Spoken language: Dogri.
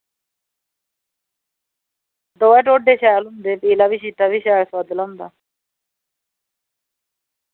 दोऐ ढोड्डे शैल होंदे पीला बी ते चिट्टा बी शैल होंदा